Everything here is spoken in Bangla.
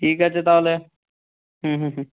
ঠিক আছে তাহলে হুম হুম হুম